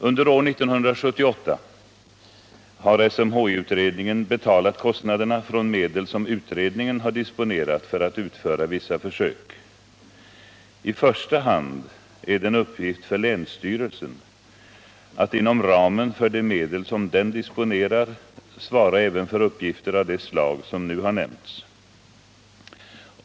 Under år 1978 har SMHI utredningen betalat kostnaderna från medel'som utredningen har disponerat för att utföra vissa försök. I första hand är det en uppgift för länsstyrelsen att, inom ramen för de medel som den disponerar, svara även för uppgifter av det slag som nu har nämnts.